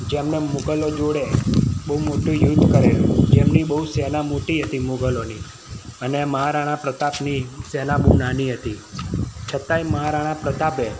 જેમણે મુગલો જોડે બહુ મોટું યુદ્ધ કરેલું જેમની બહુ સેના મોટી હતી મુગલોની અને મહારાણા પ્રતાપની સેના બહુ નાની હતી છતાંય મહારાણા પ્રતાપે